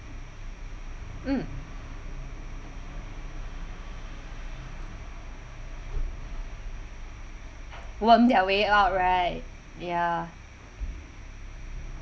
mm worm their way out right ya